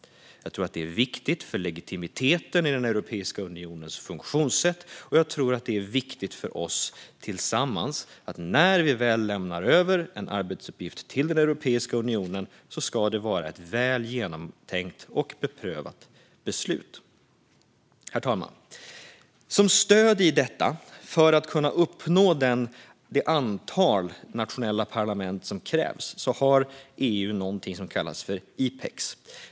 Jag tror att det är viktigt för legitimiteten i Europeiska unionens funktionssätt, och jag tror att det är viktigt för oss tillsammans att det är ett väl genomtänkt och beprövat beslut när vi väl lämnar över en arbetsuppgift till Europeiska unionen. Herr talman! Som stöd i detta, för att kunna uppnå det antal nationella parlament som krävs, har EU någonting som kallas IPEX.